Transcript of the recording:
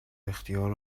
اختیار